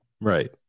right